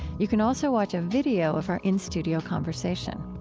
you can also watch a video of our in-studio conversation.